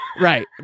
Right